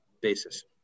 basis